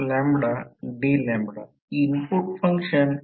तर हे प्रत्यक्षात येथे आहे टर्नची संख्या N आहे हा I आहे